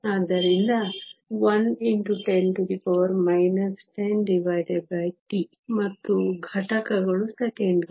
ಆದ್ದರಿಂದ 1x10 10T ಮತ್ತು ಘಟಕಗಳು ಸೆಕೆಂಡುಗಳು